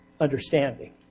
understanding